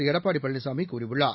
எடப்பாடிபழனிசாமிகூறியுள்ளார்